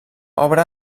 obra